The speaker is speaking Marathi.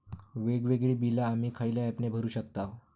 वेगवेगळी बिला आम्ही खयल्या ऍपने भरू शकताव?